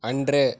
அன்று